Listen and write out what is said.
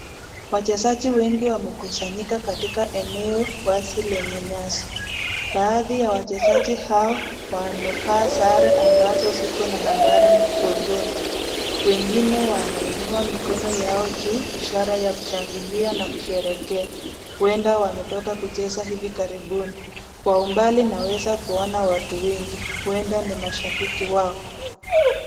Wachezaji wengi wekusanyika katika eneo wazi yenye nyasi baadhi ya wachezaji hao wamevaa sare ambazo ziko na nambari mgongoni wengine wanainua mikono yao juu ishara ya kushangilia na kusherehekea huwenda wametoka kucheza hivi karibuni kwa umbali naweza kuona watu wengi huenda ni mashabiki wao.